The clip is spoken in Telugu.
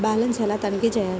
బ్యాలెన్స్ ఎలా తనిఖీ చేయాలి?